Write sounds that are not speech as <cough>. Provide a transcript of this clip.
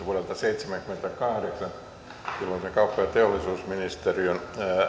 <unintelligible> vuodelta seitsemänkymmentäkahdeksan hänen ministeriönsä edeltäjän silloisen kauppa ja teollisuusministeriön